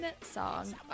song